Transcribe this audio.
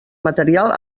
material